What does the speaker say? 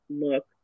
look